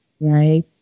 right